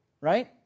right